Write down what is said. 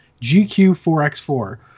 GQ4X4